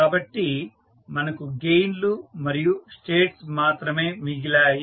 కాబట్టి మనకు గెయిన్ లు మరియు స్టేట్స్ మాత్రమే మిగిలాయి